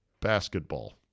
basketball